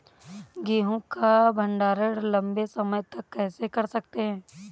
गेहूँ का भण्डारण लंबे समय तक कैसे कर सकते हैं?